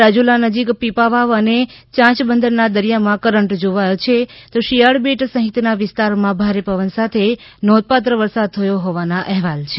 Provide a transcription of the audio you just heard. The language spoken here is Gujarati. રાજુલા નજીક આવેલા પીપાવાવ અને ચાંચ બંદરના દરિયામાં કરંટ જોવાયો છે તો શિયાળ બેટ સહિતના વિસ્તારમાં ભારે પવન સાથે નોંધપાત્ર વરસાદ થયો હોવાના અહેવાલ છે